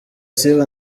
sifa